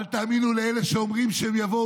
אל תאמינו לאלו שאומרים שהם יבואו